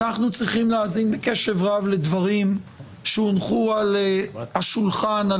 אנחנו צריכים להאזין בקשב רב לדברים שהונחו על השולחן על